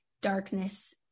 darkness